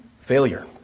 failure